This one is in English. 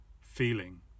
feeling